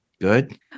good